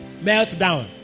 Meltdown